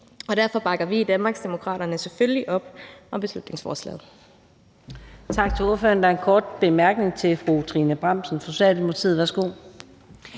Derfor bakker vi i Danmarksdemokraterne selvfølgelig op om beslutningsforslaget.